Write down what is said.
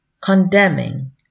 condemning